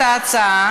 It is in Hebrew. ההצעה,